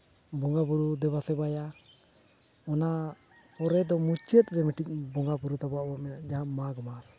ᱵᱚᱸᱜᱟᱼᱵᱩᱨᱩ ᱫᱮᱵᱟᱼᱥᱮᱵᱟᱭᱟ ᱚᱱᱟ ᱮᱨᱟ ᱫᱚ ᱢᱩᱪᱟᱹᱫ ᱨᱮ ᱵᱚᱸᱜᱟᱼᱵᱩᱨᱩ ᱛᱟᱵᱚ ᱢᱮᱱᱟᱜᱼᱟ ᱡᱟᱦᱟᱸ ᱢᱟᱜᱽ ᱢᱟᱥ